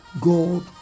God